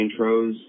intros